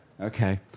Okay